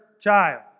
child